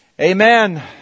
Amen